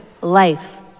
life